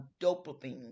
dopamine